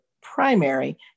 primary